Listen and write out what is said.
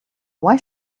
why